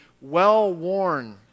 well-worn